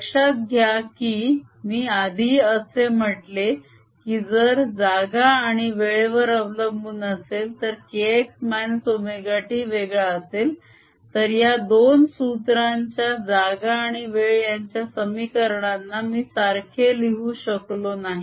लक्षात घ्या की मी आधी असे म्हटले की - जर जागा आणि वेळेवर अवलंबून असेल तर kx ωt वेगळा असेल तर या दोन सूत्रांच्या जागा आणि वेळ यांच्या समीकरणाना मी सारखे लिहू शकलो नाही